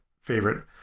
favorite